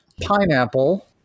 pineapple